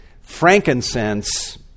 frankincense